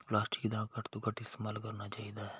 plastic ਦਾ ਘੱਟ ਤੋਂ ਘੱਟ ਇਸਤੇਮਾਲ ਕਰਨਾ ਚਾਹੀਦਾ ਹੈ